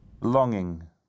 Longing